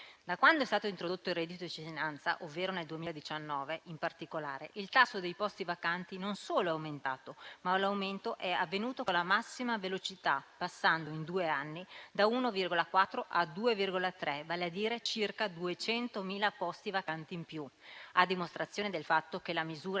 Da quando è stato introdotto il reddito di cittadinanza, ovvero in particolare nel 2019, il tasso dei posti vacanti non solo è aumentato, ma l'aumento è avvenuto con la massima velocità, passando in due anni da 1,4 a 2,3 per cento: vale a dire circa 200.000 posti vacanti in più, a dimostrazione del fatto che la misura in esame è un